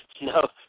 No